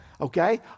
Okay